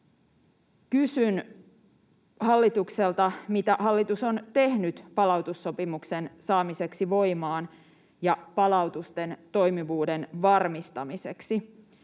Kysyn hallitukselta: Mitä hallitus on tehnyt palautussopimuksen saamiseksi voimaan ja palautusten toimivuuden varmistamiseksi?